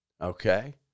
okay